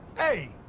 hey,